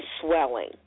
swelling